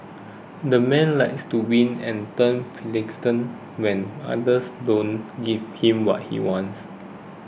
the man likes to win and turns when others don't give him what he wants